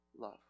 love